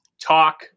talk